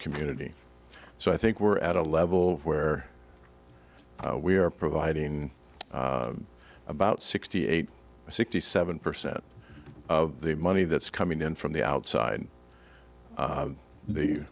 community so i think we're at a level where we are providing about sixty eight sixty seven percent of the money that's coming in from the outside